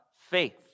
faith